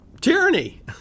Tyranny